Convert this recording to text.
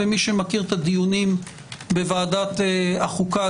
ומי שמכיר את הדיונים בוועדת החוקה,